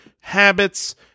habits